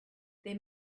there